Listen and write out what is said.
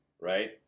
right